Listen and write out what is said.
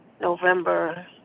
November